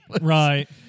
Right